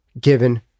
given